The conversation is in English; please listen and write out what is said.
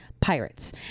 Pirates